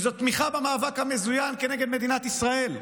כי זאת תמיכה במאבק המזוין כנגד מדינת ישראל.